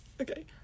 okay